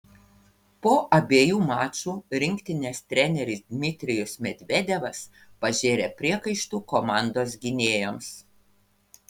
po abiejų mačų rinktinės treneris dmitrijus medvedevas pažėrė priekaištų komandos gynėjams